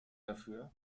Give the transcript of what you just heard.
dafür